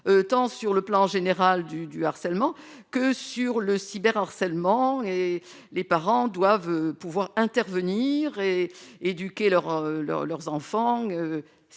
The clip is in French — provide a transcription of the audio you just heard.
tant sur le plan général du du harcèlement que sur le cyber harcèlement et les parents doivent pouvoir intervenir et éduquer leurs leurs